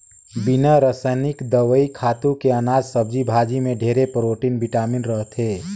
बिना रसइनिक दवई, खातू के अनाज, सब्जी भाजी में ढेरे प्रोटिन, बिटामिन रहथे